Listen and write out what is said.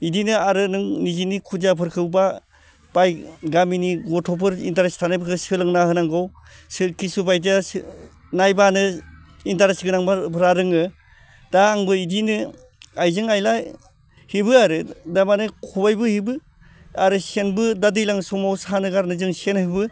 बिदिनो आरो नों निजेनि खुदियाफोरखौ बा बाय गामिनि गथ'फोर इन्टारेस्ट थानायफोरखौ फोरोंना होनांगौ सोर किसु बायदिया नायबानो इन्टारेस्ट गोनांफोरा रोङो दा आंबो बिदिनो आइजें आयला हेबो आरो तारमाने खबाइबो हेबो आरो सेनबो दा दैलां समाव सानो कारने जों सेन हेबो